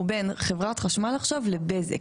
הוא בין חברת חשמל לבזק,